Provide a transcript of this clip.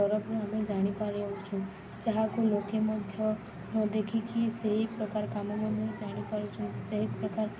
ତରଫରୁ ଆମେ ଜାଣିପାରୁଛୁ ଯାହାକୁ ଲୋକେ ମଧ୍ୟ ଦେଖିକି ସେହି ପ୍ରକାର କାମ ମଧ୍ୟ ଜାଣିପାରୁଛନ୍ତି ସେହି ପ୍ରକାର